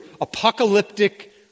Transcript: apocalyptic